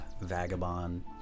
vagabond